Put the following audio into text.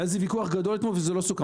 היה על זה ויכוח גדול אוד וזה לא סוכם.